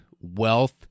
wealth